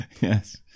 Yes